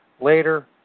Later